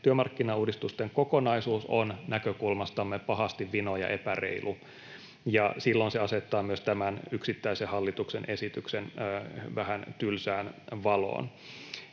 työmarkkinauudistusten kokonaisuus on näkökulmastamme pahasti vino ja epäreilu, ja silloin se asettaa myös tämän yksittäisen hallituksen esityksen vähän tylsään valoon.